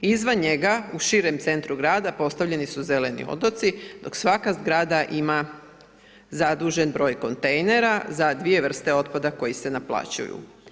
Izvan njega u širem centru grada postavljeni su zeleni otoci dok svaka zgrada ima zadužen broj kontejnera za 2 vrste otpada koji se naplaćuju.